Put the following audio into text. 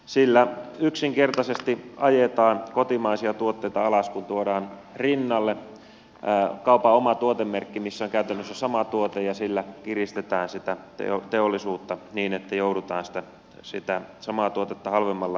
sillä yksinkertaisesti ajetaan kotimaisia tuotteita alas kun tuodaan rinnalle kaupan oma tuotemerkki missä on käytännössä sama tuote ja sillä kiristetään sitä teollisuutta niin että joudutaan sitä samaa tuotetta halvemmalla myymään